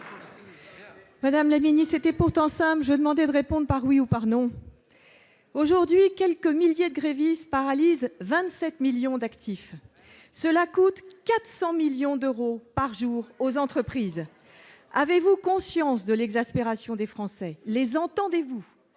d'État, ma question était pourtant simple et elle appelait une réponse par oui ou par non ! Depuis une semaine, quelques milliers de grévistes paralysent 27 millions d'actifs. Cela coûte 400 millions d'euros par jour aux entreprises. Avez-vous conscience de l'exaspération des Français ? Les entendez-vous ?